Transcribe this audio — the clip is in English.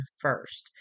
first